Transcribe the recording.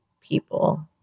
people